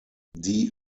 die